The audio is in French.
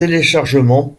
téléchargement